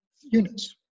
units